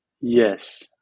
Yes